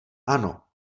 ano